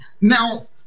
Now